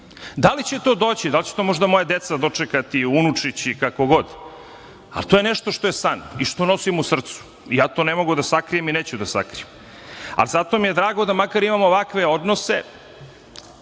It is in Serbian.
Da li će to doći? Da li će to možda moja deca dočekati, unučići kako god? Ali, to je nešto što je san i što nosim u srcu i ja to ne mogu da sakrijem i neću da sakrijem, ali zato mi je drago da makar imam ovakve odnose